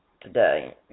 today